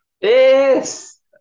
Yes